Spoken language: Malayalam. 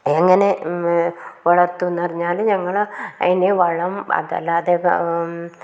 എങ്ങനെ വളർത്തും എന്ന് പറഞ്ഞാൽ ഞങ്ങൾ അതിനെ വളം അതല്ലാതെ